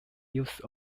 use